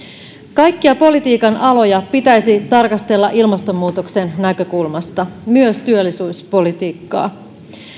kaikkia politiikan aloja pitäisi tarkastella ilmastonmuutoksen näkökulmasta myös työllisyyspolitiikkaa